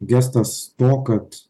gestas to kad